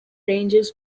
rangers